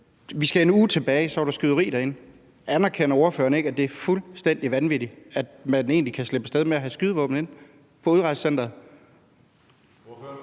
Vi skal en uge tilbage, så var der skyderi derinde. Anerkender ordføreren ikke, at det er fuldstændig vanvittigt, at man egentlig kan slippe af sted med at have skydevåben med ind på udrejsecenteret?